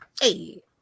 Hey